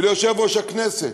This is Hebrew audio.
וליושב-ראש הכנסת,